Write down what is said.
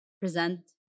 present